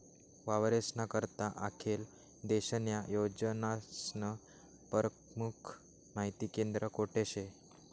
वावरेस्ना करता आखेल देशन्या योजनास्नं परमुख माहिती केंद्र कोठे शे?